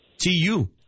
T-U